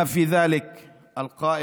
כולל